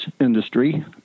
industry